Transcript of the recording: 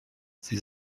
sie